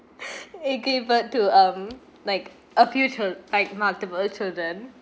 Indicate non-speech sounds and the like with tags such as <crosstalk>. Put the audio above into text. <laughs> it gave birth to um like a few children like multiple children